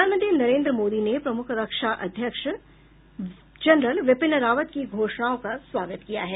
प्रधानमंत्री नरेन्द्र मोदी ने प्रमुख रक्षा अध्यक्ष जनरल बिपिन रावत की घोषनाओं का स्वागत किया है